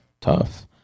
Tough